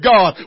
God